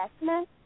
investment